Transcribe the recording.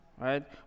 right